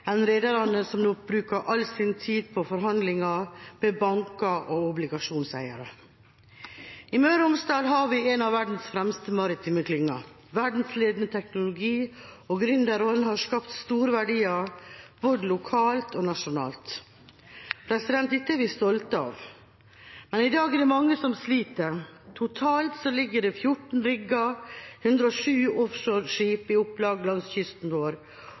som nå bruker all sin tid på forhandlinger med banker og obligasjonseiere. I Møre og Romsdal har vi en av verdens fremste maritime klynger. Verdensledende teknologi og gründerånd har skapt store verdier både lokalt og nasjonalt. Dette er vi stolte av. Men i dag er det mange som sliter, totalt ligger det 14 rigger og 107 offshoreskip i opplag langs kysten vår,